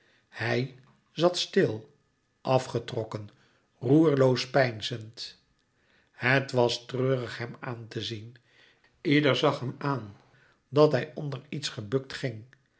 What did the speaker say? hij zat stil afgetrokken roerloos peinzend het was treurig hem aan te zien ieder zag hem aan dat hij onder iets gebukt ging